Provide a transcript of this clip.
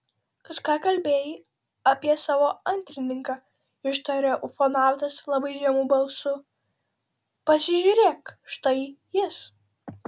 kažką kalbėjai apie savo antrininką ištarė ufonautas labai žemu balsu pasižiūrėk štai jis